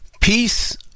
Peace